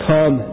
Come